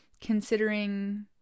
considering